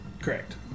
Correct